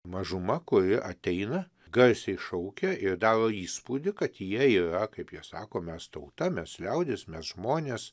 mažuma kuri ateina garsiai šaukia ir daro įspūdį kad jie yra kaip jie sako mes tauta mes liaudis mes žmonės